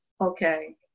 Okay